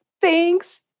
thanks